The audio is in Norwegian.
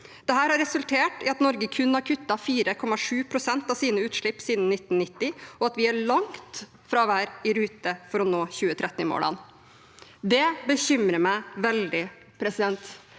Dette har resultert i at Norge kun har kuttet 4,7 pst. av sine utslipp siden 1990, og at vi er langt fra å være i rute for å nå 2030-målene. Det bekymrer meg veldig. Det